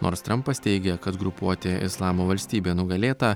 nors trampas teigia kad grupuotė islamo valstybė nugalėta